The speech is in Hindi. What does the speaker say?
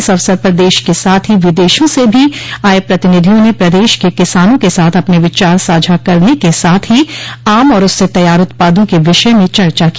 इस अवसर पर देश के साथ ही विदेशों से भी आये प्रतिनिधियों ने प्रदेश के किसानों के साथ अपने विचार साझा करने के साथ ही आम और उससे तैयार उत्पादों के विषय में चर्चा की